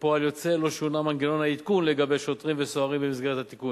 כפועל יוצא לא שונה מנגנון העדכון לגבי שוטרים וסוהרים במסגרת התיקון.